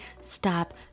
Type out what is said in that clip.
stop